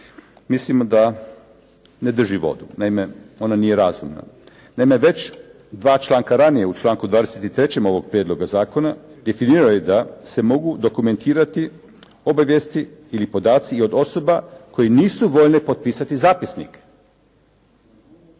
mislim da ne drži vodu. Naime, ona nije razumna. Naime, već dva članka ranije, u članku 23. ovog prijedloga zakona definirao je da se mogu dokumentirati obavijesti ili podaci i od osoba koje nisu voljne potpisati zapisnik.